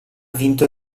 vinto